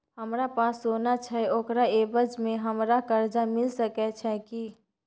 हमरा पास सोना छै ओकरा एवज में हमरा कर्जा मिल सके छै की?